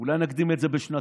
אולי נקדים את זה בשנתיים?